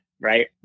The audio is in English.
right